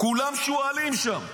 כולם שועלים שם.